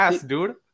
dude